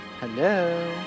Hello